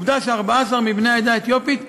עובדה שמתוך 14 בני העדה האתיופית,